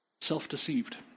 Self-deceived